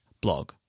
blog